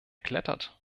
klettert